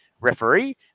referee